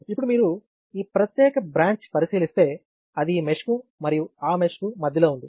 ఇప్పుడు మీరు ఈ ప్రత్యేక బ్రాంచ్ పరిశీలిస్తే అది ఈ మెష్కు మరియు ఆ మెష్కు మధ్యలో ఉంది